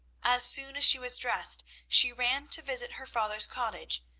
as soon as she was dressed she ran to visit her father's cottage,